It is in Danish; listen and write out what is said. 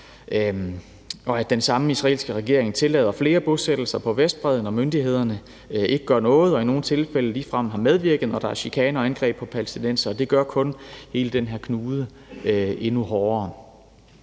Og at den samme israelske regering tillader flere bosættelser på Vestbredden, og myndighederne ikke gør noget og i nogle tilfælde ligefrem har medvirket, når der er chikane og angreb på palæstinensere, gør kun hele den her knude endnu hårdere